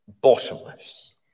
bottomless